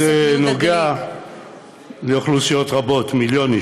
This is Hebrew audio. תקשיבו כי זה נוגע לאוכלוסיות רבות, מיליון איש.